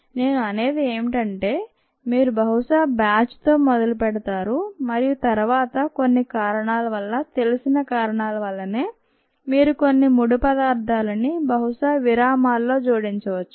నేను అనేది ఏంటి అంటే మీరు బహుశా బ్యాచ్ తో మొదలు పెడతారు మరియు తరువాత కొన్ని కారణాల వల్ల తెలిసిన కారణాల వల్లనే మీరు కొన్ని ముడిపదార్థాలని బహుశా విరామాల్లో జోడించవచ్చు